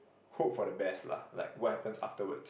hope for the best lah like what happens afterward